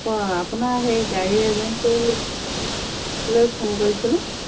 অঁ আপোনাৰ সেই গাড়ী এজেঞ্চীলৈ ফোন কৰিছিলোঁ